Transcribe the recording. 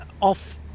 off